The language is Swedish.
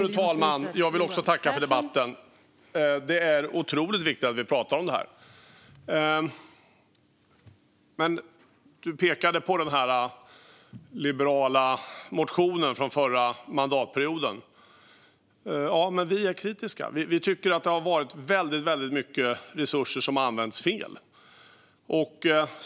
Fru talman! Jag vill också tacka för debatten. Det är otroligt viktigt att vi pratar om detta. Serkan Köse pekade på den liberala motionen från förra mandatperioden. Ja, men vi är kritiska. Vi tycker att det har varit väldigt mycket resurser som har använts fel. Fru talman!